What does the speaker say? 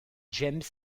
james